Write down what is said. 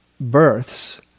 births